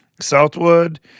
Southwood